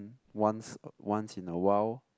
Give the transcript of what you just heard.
once uh once in a while